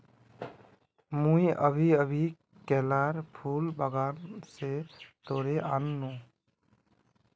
मुई अभी अभी केलार फूल बागान स तोड़े आन नु